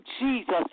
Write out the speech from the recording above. Jesus